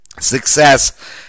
success